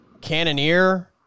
Cannoneer